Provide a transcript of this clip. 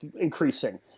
increasing